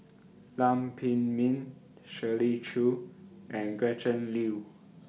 Lam Pin Min Shirley Chew and Gretchen Liu